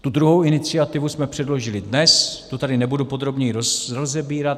Tu druhou iniciativu jsme předložili dnes, to tady nebudu podrobněji rozebírat.